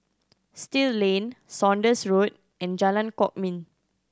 Still Lane Saunders Road and Jalan Kwok Min